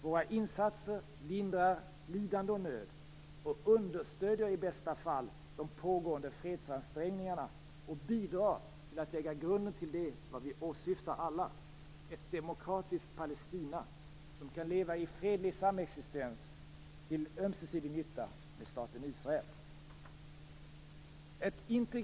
Våra insatser lindrar lidande och nöd och understöder i bästa fall de pågående fredsansträngningarna och bidrar till att lägga grunden till det vi alla åsyftar, nämligen ett demokratiskt Palestina som kan leva i fredlig samexistens till ömsesidig nytta med staten Israel.